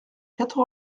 quatre